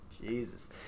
Jesus